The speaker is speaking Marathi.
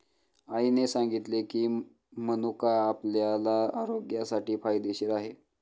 आईने सांगितले की, मनुका आपल्या आरोग्यासाठी फायदेशीर आहे